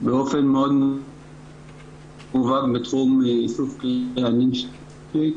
באופן מאוד מובן בתחום איסוף כלי הנשק.